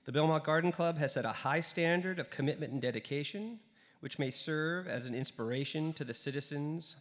to the belmont garden club has set a high standard of commitment and dedication which may serve as an inspiration to the citizens